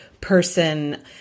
person